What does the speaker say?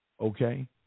okay